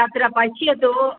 तत्र पश्यतु